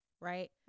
Right